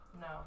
No